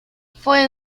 fue